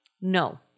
no